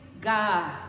god